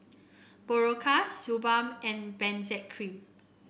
Berocca Suu Balm and Benzac Cream